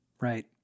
Right